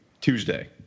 Tuesday